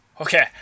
Okay